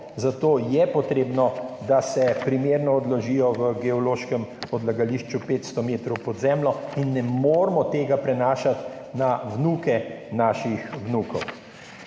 zato je potrebno, da se primerno odložijo v geološkem odlagališču 500 metrov pod zemljo, in ne moremo tega prenašati na vnuke naših vnukov.